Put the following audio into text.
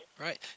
Right